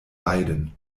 weiden